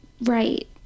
right